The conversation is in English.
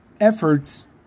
efforts